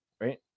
Right